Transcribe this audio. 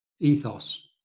ethos